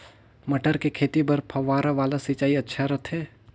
मटर के खेती बर फव्वारा वाला सिंचाई अच्छा रथे?